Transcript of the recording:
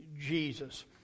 Jesus